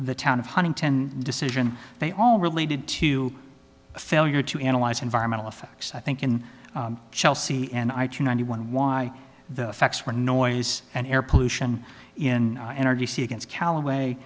the town of huntington decision they all related to a failure to analyze environmental effects i think in chelsea and i to ninety one why the facts were noise and air pollution in energy c against callaway